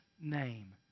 name